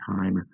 time